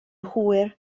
hwyr